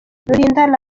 rulindana